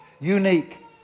Unique